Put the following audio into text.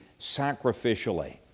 sacrificially